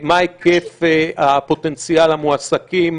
מה היקף הפוטנציאל המועסקים